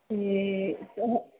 ਅਤੇ